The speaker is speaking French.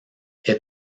est